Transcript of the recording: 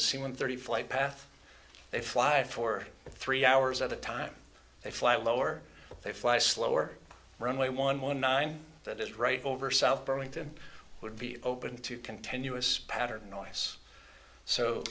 one thirty flight path they fly for three hours at a time they fly lower they fly slower runway one one nine that is right over south burlington would be open to continuous pattern noise so